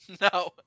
No